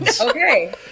Okay